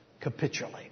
capitulate